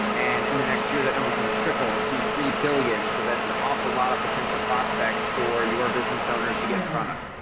and in the next year, that number is going to triple to three billion. so that's an awful lot of potential prospects for your business owners to get in front of.